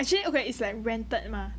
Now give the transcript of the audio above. actually okay is like rented mah